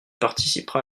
participera